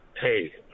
Hey